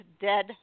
dead